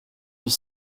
huit